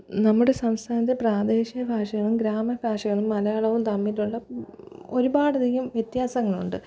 നമ്മുടെ സംസ്ഥാനത്ത് പ്രാദേശിക ഭാഷകളും ഗ്രാമ ഭാഷകളും മലയാളവും തമ്മിലുള്ള ഒരുപാടധികം വ്യത്യാസങ്ങൾ ഉണ്ട്